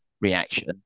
reaction